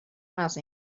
nothing